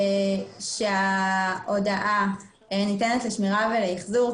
ההודעה ניתנת לשמירה ולאחזור.